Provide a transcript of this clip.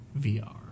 VR